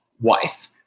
wife